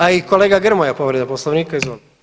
A i kolega Grmoja, povreda Poslovnika, izvolite.